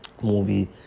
movie